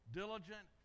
diligent